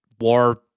war